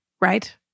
right